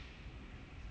K lah